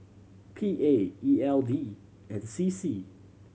P A E L D and C C